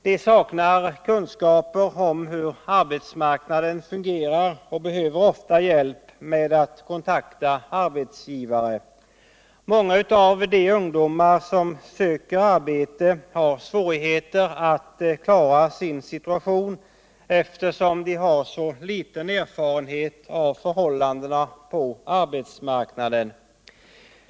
De saknar kunskaper om hur arbetsmarknaden fungerar och behöver ofta hjälp med att kontakta arbetsgivare. Många av de ungdomar som söker arbete har svårigheter att klara sin situation, eftersom de har liten erfarenhet av förhållandena på arbetsmarknaden.